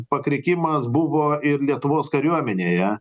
pakrikimas buvo ir lietuvos kariuomenėje